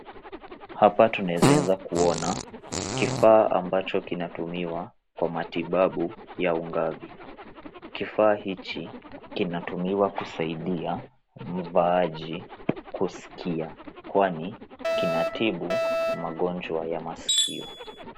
Hapa tunaeza kuona kifaa ambacho kinatumiwa kwa matibabu ya ungavi, kifaa hichi kinatumiwa kusaidia mvaaji kusikia kwani kinatibu magonjwa ya masikio